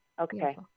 okay